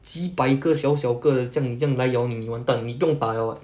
几百个小小个的这样这样来咬你你完蛋你不用打 liao [what]